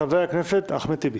חבר הכנסת אחמד טיבי.